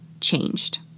changed